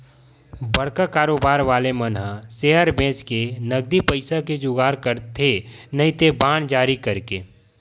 बड़का कारोबार वाले मन ह सेयर बेंचके नगदी पइसा के जुगाड़ करथे नइते बांड जारी करके